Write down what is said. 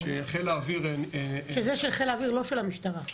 שזה של חיל האוויר, לא של המשטרה.